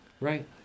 right